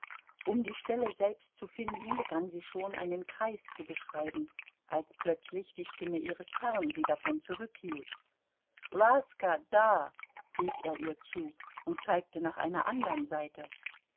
um die stelle selbst zu finden begann sie schon einen kreis zu beschreiben als plötzlich die stimme ihres herrn sie davon zurückhielt laska da rief er ihr zu und zeigte nach einer andern seite